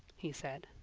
he said.